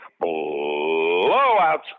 Blowout